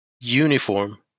uniform